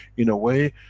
in a way,